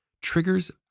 triggers